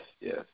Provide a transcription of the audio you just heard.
yes